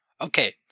Okay